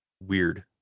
weird